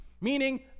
meaning